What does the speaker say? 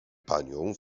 panią